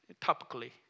topically